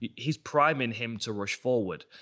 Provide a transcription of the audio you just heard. he's priming him to rush forward.